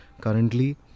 currently